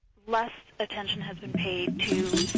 less attention has been paid to